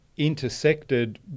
intersected